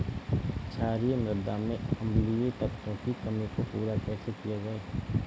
क्षारीए मृदा में अम्लीय तत्वों की कमी को पूरा कैसे किया जाए?